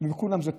בכולם זה פגע.